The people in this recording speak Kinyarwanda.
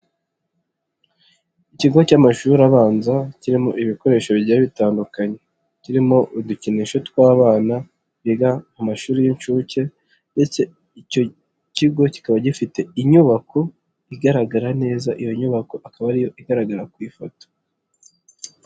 Ikigo cy'amashuri abanza kirimo ibikoresho bijyiye bitandukanye, kirimo udukinisho tw'abana biga amashuri y'incuke ndetse icyo kigo kikaba gifite inyubako igaragara neza, iyo nyubako ikaba ariyo igaragara ku ifoto.